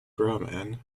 brahman